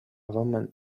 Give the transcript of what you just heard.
woman